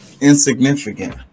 insignificant